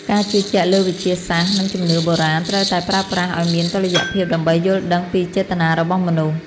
ការជឿជាក់លើវិទ្យាសាស្ត្រនិងជំនឿបុរាណត្រូវតែប្រើប្រាស់ឱ្យមានតុល្យភាពដើម្បីយល់ដឹងពីចេតនារបស់មនុស្ស។